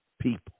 people